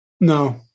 No